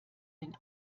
den